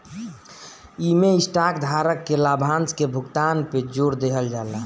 इमें स्टॉक धारक के लाभांश के भुगतान पे जोर देहल जाला